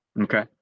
okay